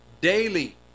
daily